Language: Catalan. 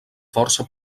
força